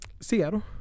Seattle